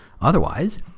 Otherwise